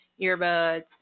earbuds